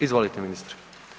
Izvolite ministre.